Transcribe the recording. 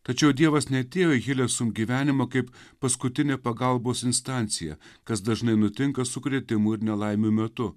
tačiau dievas neatėjo į hilesum gyvenimą kaip paskutinė pagalbos instancija kas dažnai nutinka sukrėtimų ir nelaimių metu